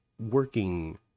working